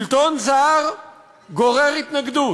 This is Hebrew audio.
שלטון זר גורר התנגדות,